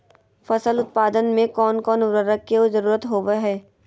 फसल उत्पादन में कोन कोन उर्वरक के जरुरत होवय हैय?